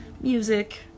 music